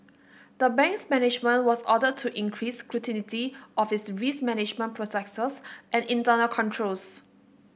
the bank's management was ordered to increase scrutiny of its risk management processes and internal controls